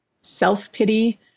self-pity